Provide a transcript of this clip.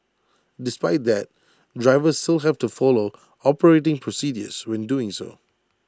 despite that drivers still have to follow operating procedures when doing so